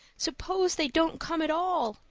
suppose they don't come at all?